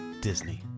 Disney